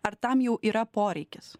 ar tam jau yra poreikis